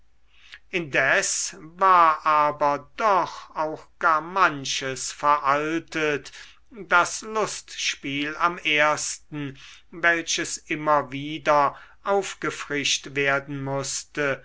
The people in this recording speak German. indessen war aber doch auch gar manches veraltet das lustspiel am ersten welches immer wieder aufgefrischt werden mußte